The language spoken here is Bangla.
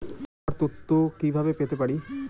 আবহাওয়ার তথ্য কি কি ভাবে পেতে পারি?